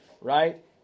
right